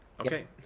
Okay